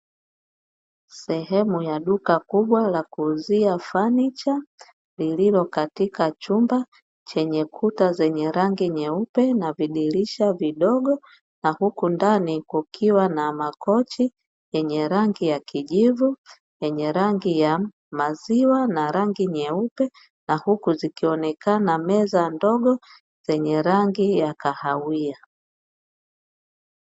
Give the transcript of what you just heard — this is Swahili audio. Sehemu ya duka kubwa la kuuzia fanicha lililo katika chumba chenye kuta zenye rangi nyeupe na vidirisha vidogo; na huku ndani kukiwa na makochi yenye rangi ya kijivu, yenye rangi ya maziwa na rangi nyeupe; na huku zikionekana meza ndogo zenye rangi ya kahawia.